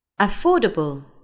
Affordable